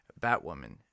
Batwoman